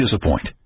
disappoint